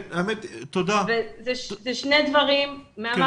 אלה שני דברים, גם